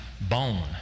bone